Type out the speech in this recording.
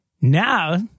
Now